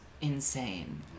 insane